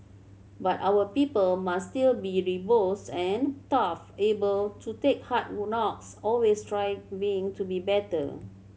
but our people must still be robust and tough able to take hard knocks always striving to be better